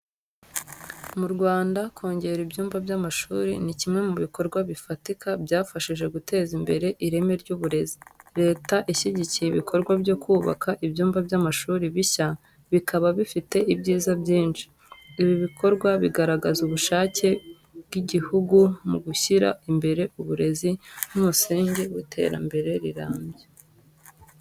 Mu Rwanda, kongera ibyumba by’amashuri ni kimwe mu bikorwa bifatika byafashije guteza imbere ireme ry’uburezi. Leta ishyigikiye ibikorwa byo kubaka ibyumba by’amashuri bishya, bikaba bifite ibyiza byinshi. Ibi bikorwa bigaragaza ubushake bw’igihugu mu gushyira imbere uburezi nk’umusingi w’iterambere rirambye.